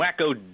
wacko